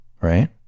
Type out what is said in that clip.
right